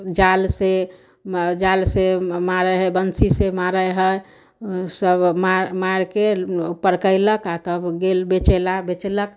जाल से जाल से मारै हइ बंसी से मारै हइ सब मारि मारिके परकैलक आ तब गेल बेचैलए बेचलक